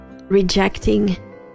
rejecting